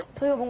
please